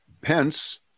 Pence